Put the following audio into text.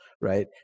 right